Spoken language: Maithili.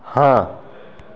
हॅं